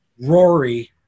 Rory